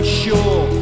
sure